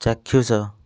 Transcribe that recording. ଚାକ୍ଷୁଷ